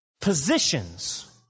positions